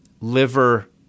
liver